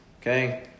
Okay